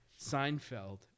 Seinfeld